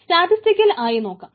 statistical ആയി നോക്കാം